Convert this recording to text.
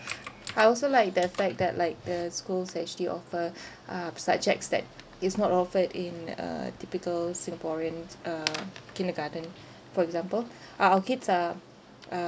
I also like the fact that like the schools actually offer uh subjects that is not offered in a typical singaporean uh kindergarten for example uh our kids are uh